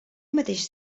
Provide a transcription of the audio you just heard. mateix